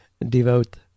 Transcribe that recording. devote